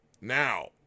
Now